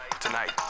Tonight